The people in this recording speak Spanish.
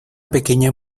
pequeña